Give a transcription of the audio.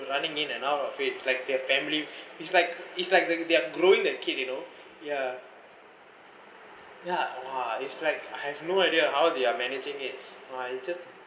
running in and out of it like their family is like it's like they're they're growing a kid you know yeah yeah !wah! it's like I have no idea how they are managing it !wah! it just